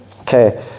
Okay